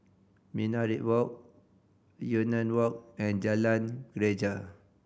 Minaret Walk Yunnan Walk and Jalan Greja